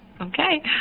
Okay